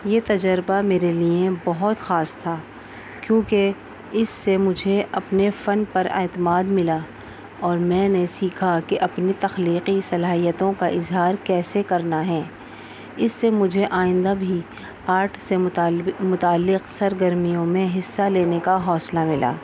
یہ تجربہ میرے لیے بہت خاص تھا کیونکہ اس سے مجھے اپنے فن پر اعتماد ملا اور میں نے سیکھا کہ اپنی تخلیقی صلاحیتوں کا اظہار کیسے کرنا ہے اس سے مجھے آئندہ بھی آرٹ سے متعلق سرگرمیوں میں حصہ لینے کا حوصلہ ملا